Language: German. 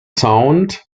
sound